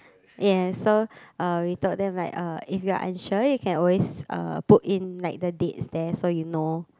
yes so uh we told them like uh if you are unsure you can always uh put in like the dates there so you know